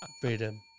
Freedom